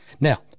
now